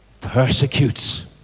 persecutes